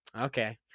okay